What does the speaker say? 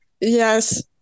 yes